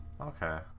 okay